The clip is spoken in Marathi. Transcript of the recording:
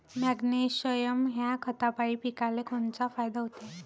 मॅग्नेशयम ह्या खतापायी पिकाले कोनचा फायदा होते?